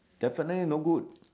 definitely no good